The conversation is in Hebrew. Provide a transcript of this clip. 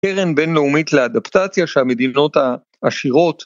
קרן בינלאומית לאדפטציה שהמדינות העשירות.